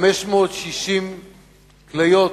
560 כליות,